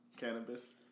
cannabis